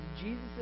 Jesus